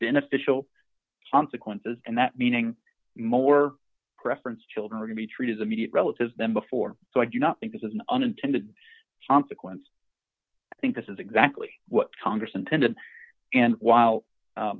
beneficial consequences and that meaning more preference children are to be treated immediate relatives them before so i do not think this is an unintended consequence i think this is exactly what congress intended and w